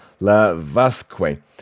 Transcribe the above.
Lavasque